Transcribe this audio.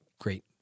great